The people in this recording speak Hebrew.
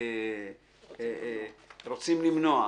רוצים למנוע.